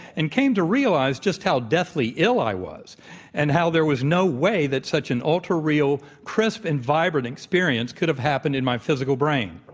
and came to realize just how deathly ill i was and how there was no way that such an ultra-real crisp and vibrant experience could have happened in my physical brain.